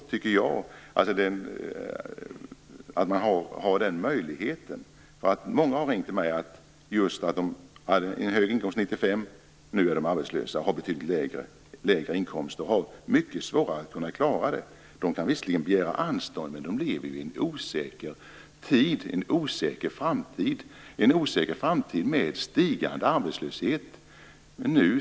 Det är viktigt att den möjligheten finns. Många har ringt till mig och sagt just att de hade hög inkomst 1995 men nu är arbetslösa och har betydligt lägre inkomst och har mycket svårare att klara detta. De kan visserligen begära anstånd, men de lever i en osäker tid, med en osäker framtid, med stigande arbetslöshet.